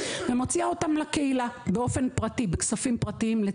ומוציאה אותם לקהילה באופן פרטי ובכספים פרטיים של ההורים,